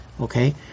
okay